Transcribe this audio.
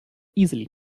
easily